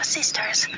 sisters